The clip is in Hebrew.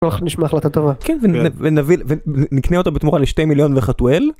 החלטה טובה ונקנה אותה בתמורה לשתי מיליון וחטואל.